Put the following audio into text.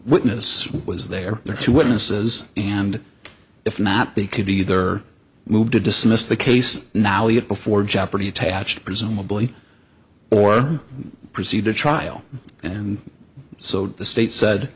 witness was there are two witnesses and if not they could either move to dismiss the case nalley it before jeopardy attached presumably or proceed to trial and so the state said